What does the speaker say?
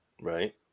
right